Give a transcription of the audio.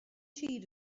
tír